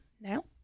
now